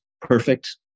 perfect